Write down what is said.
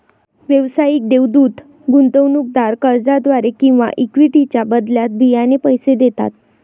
व्यावसायिक देवदूत गुंतवणूकदार कर्जाद्वारे किंवा इक्विटीच्या बदल्यात बियाणे पैसे देतात